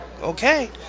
Okay